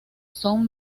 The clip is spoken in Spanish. son